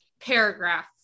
paragraph